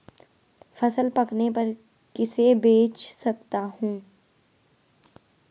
फसल पकने पर किसे बेच सकता हूँ?